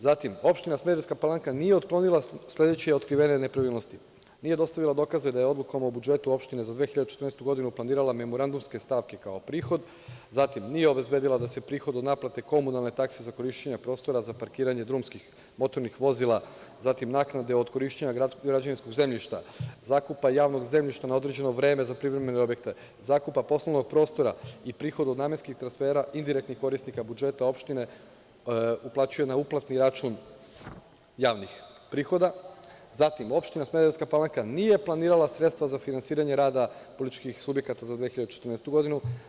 Zatim, opština Smederevska Palanka nije otklonila sledeće otkrivene nepravilnosti: nije dostavila dokaze da je odlukom o budžetu opštine za 2014. godinu planirala memorandumske stavke kao prihod, zatim nije obezbedila da se prihod od naplate komunalne takse za korišćenje prostora za parkiranje drumskih motornih vozila, zatim naknade od korišćenja građevinskog zemljišta, zakupa javnog zemljišta na određeno vreme za privremene objekte, zakupa poslovnog prostora i prihod od namenskih transfera indirektnih korisnika budžeta opštine uplaćuje na uplatni račun javnih prihoda, zatim opština Smederevska Palanka nije planirala sredstva za finansiranje rada političkih subjekata za 2014. godinu.